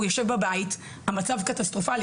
הוא יושב בבית, המצב קטסטרופלי.